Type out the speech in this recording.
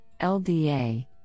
LDA